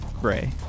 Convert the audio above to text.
Gray